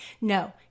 no